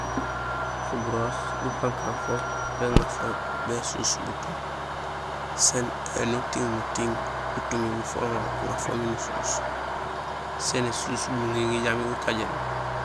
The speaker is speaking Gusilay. Fuburoos gukankaan fo béŋa fo bésuus butum, sén éni uting muting butumi bufoŋo nuŋa fo miin usuus, sén ésuus guŋiŋi jambi gukajéén.